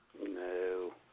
No